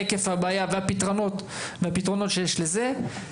היקף הבעיה והפתרונות שיש לזה.